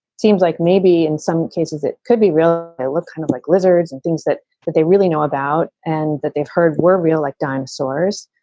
seems like maybe in some cases it could be real. they look kind of like lizards and things that they really know about and that they've heard we're real like dinosaurs.